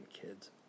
kids